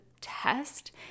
test